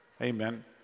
Amen